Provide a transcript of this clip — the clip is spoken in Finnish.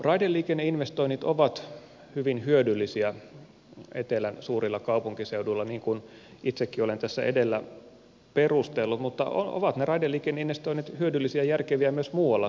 raideliikenneinvestoinnit ovat hyvin hyödyllisiä etelän suurilla kaupunkiseuduilla niin kuin itsekin olen tässä edellä perustellut mutta ovat ne raideliikenneinvestoinnit hyödyllisiä ja järkeviä myös muualla suomessa